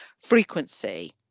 frequency